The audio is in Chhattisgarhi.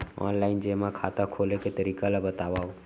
ऑनलाइन जेमा खाता खोले के तरीका ल बतावव?